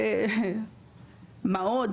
מה עוד?